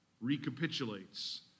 recapitulates